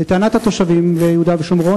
לטענת התושבים ביהודה ושומרון,